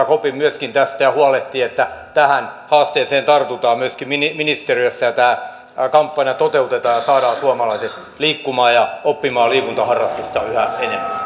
kopin myöskin tästä ja huolehtii että tähän haasteeseen tartutaan myöskin ministeriössä ja tämä kampanja toteutetaan ja saadaan suomalaiset liikkumaan ja oppimaan liikuntaharrastusta yhä